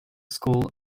school